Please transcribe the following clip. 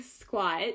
squat